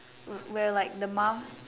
uh where like the mum